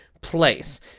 place